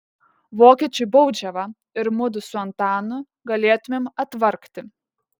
vokiečiui baudžiavą ir mudu su antanu galėtumėm atvargti